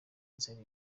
nzeri